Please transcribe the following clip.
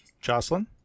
Jocelyn